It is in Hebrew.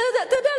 אתה יודע,